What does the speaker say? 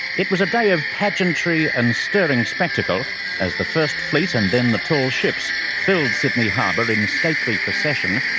it was a day of pageantry and stirring spectacle as the first fleet and then the tall ships filled sydney harbour in stately procession,